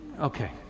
okay